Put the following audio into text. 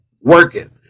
working